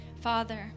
Father